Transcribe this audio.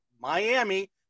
Miami